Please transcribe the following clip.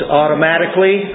automatically